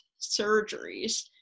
surgeries